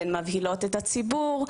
אתן מבהילות את הציבור.